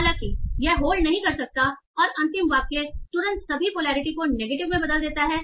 हालाँकि यह होल्ड नहीं कर सकता है और अंतिम वाक्य तुरंत सभी पोलैरिटी को नेगेटिव में बदल देता है